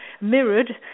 mirrored